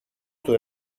του